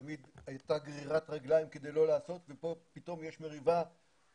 תמיד הייתה גרירת רגליים כדי לא לעשות ופתאום פה יש מריבה איך